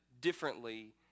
differently